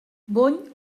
bony